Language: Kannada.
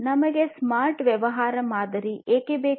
ನಮಗೆ ಸ್ಮಾರ್ಟ್ ವ್ಯವಹಾರ ಮಾದರಿ ಏಕೆ ಬೇಕು